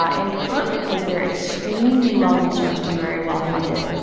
ah in part, because they're extremely well-resourced and very well-funded.